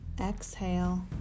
exhale